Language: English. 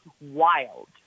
wild